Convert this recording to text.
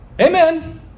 Amen